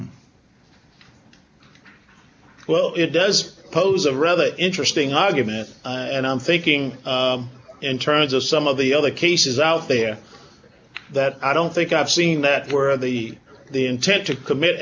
well it does pose a rather interesting argument and i'm thinking in terms of some of the other cases out there that i don't think i've seen that where the the intent to commit